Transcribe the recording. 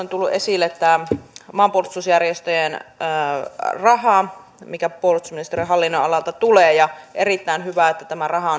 on tullut esille maanpuolustusjärjestöjen raha mikä puolustusministeriön hallinnonalalta tulee on erittäin hyvä että tämä raha